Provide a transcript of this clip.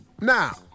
Now